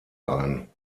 ein